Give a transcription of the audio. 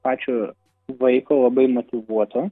pačio vaiko labai motyvuoto